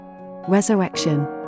Resurrection